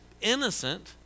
innocent